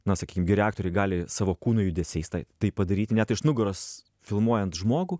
na sakykim geri aktoriai gali savo kūno judesiais tai tai padaryti net iš nugaros filmuojant žmogų